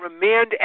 remand